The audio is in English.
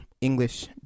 English